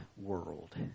world